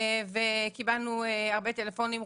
קיבלנו הרבה טלפונים,